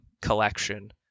collection